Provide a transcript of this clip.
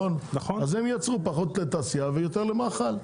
אז הם ייצרו פחות לתעשייה ויותר למאכל,